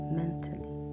mentally